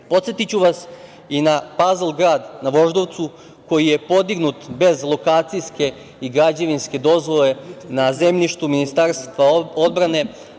mrežu. Podsetiću vas i na Pazl grad na Voždovcu, koji je podignut bez lokacijske i građevinske dozvole na zemljištu Ministarstva odbrane,